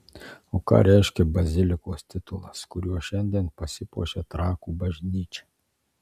o ką reiškia bazilikos titulas kuriuo šiandien pasipuošia trakų bažnyčia